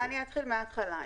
אני אתחיל מהתחלה.